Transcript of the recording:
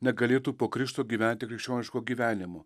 negalėtų po krikšto gyventi krikščioniško gyvenimo